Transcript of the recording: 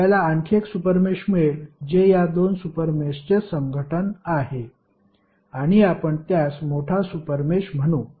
आपल्याला आणखी एक सुपर मेष मिळेल जे या दोन सुपर मेषचे संघटन आहे आणि आपण त्यास मोठा सुपर मेष म्हणू